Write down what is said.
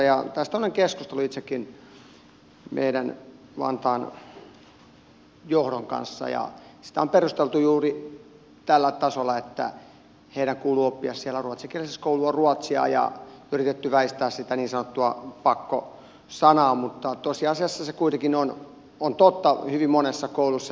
tästä olen keskustellut itsekin meidän vantaan johdon kanssa ja sitä on perusteltu juuri tällä tasolla että heidän kuuluu oppia siellä ruotsinkielisessä koulussa ruotsia ja on yritetty väistää sitä niin sanottua pakko sanaa mutta tosiasiassa se kuitenkin on totta hyvin monessa koulussa